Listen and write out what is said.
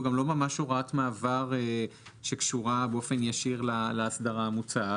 הוא גם לא ממש הוראת מעבר שקשורה באופן ישיר לאסדרה המוצעת.